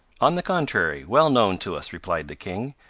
on the contrary, well known to us, replied the king,